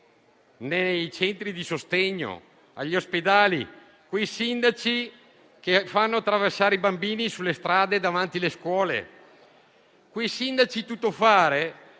nei centri di sostegno e negli ospedali e che fanno attraversare i bambini sulle strade davanti alle scuole. Sono sindaci tuttofare